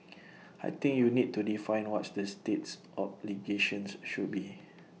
I think you need to define what's the state's obligations should be